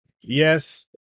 Yes